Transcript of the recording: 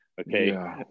Okay